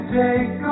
take